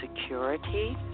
security